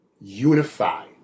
unified